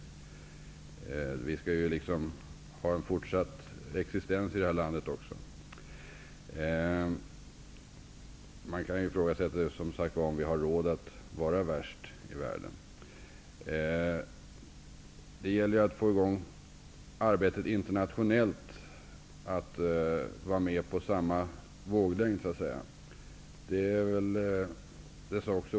Vi skall ju fortsätta att existera också i Sverige. Man kan som sagt var ifrågasätta om vi har råd att vara värst i världen. Det gäller att få i gång arbetet internationellt för att komma på samma våglängd.